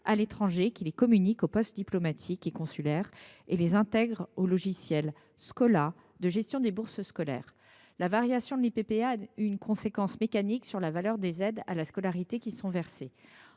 à l’étranger (AEFE), qui les communique aux postes diplomatiques et consulaires et les intègre au logiciel Scola de gestion des bourses scolaires. La variation de l’Ippa a une conséquence mécanique sur la valeur des aides à la scolarité qui sont versées.